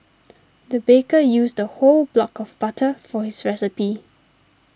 the baker used a whole block of butter for his recipe